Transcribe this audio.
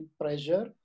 pressure